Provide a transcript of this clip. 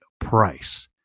price